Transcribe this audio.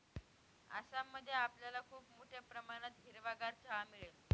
आसाम मध्ये आपल्याला खूप मोठ्या प्रमाणात हिरवागार चहा मिळेल